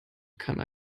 kann